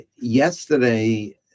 yesterday